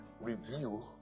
review